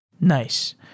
Nice